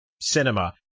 cinema